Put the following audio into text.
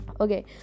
Okay